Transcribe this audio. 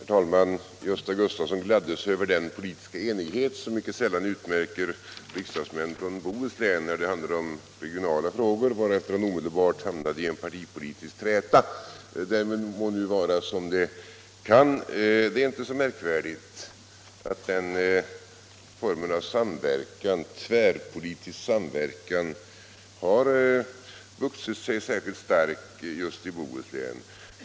Herr talman! Gösta Gustafsson i Göteborg gladde sig över den politiska enighet som mycket sällan utmärker riksdagsmän från Bohuslän när det handlar om regionala frågor, varefter han omedelbart hamnade i en partipolitisk träta. Det är inte så märkvärdigt att den formen av samverkan — tvärpolitisk samverkan — har vuxit sig särskilt stark i Bohuslän.